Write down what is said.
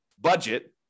budget